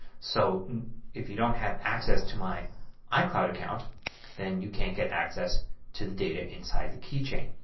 so if you don't have access to my icloud account then you can't get access to the data inside the keychain.